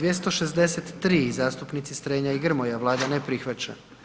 263. zastupnici Strenja i Grmoja, Vlada ne prihvaća.